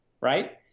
right